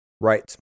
Right